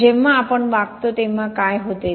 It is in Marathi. पण जेव्हा आपण वाकतो तेव्हा काय होते